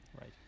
Right